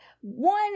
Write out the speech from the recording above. one